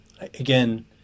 Again